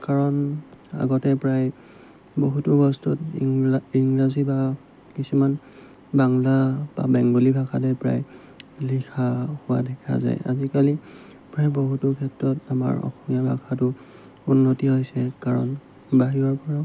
কাৰণ আগতে প্ৰায় বহুতো বস্তুত ইংৰাজী বা কিছুমান বাংলা বা বেংগলী ভাষাতে প্ৰায় লিখা হোৱা দেখা যায় আজিকালি প্ৰায় বহুতো ক্ষেত্ৰত আমাৰ অসমীয়া ভাষাটো উন্নতি হৈছে কাৰণ বাহিৰৰপৰাও